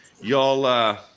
y'all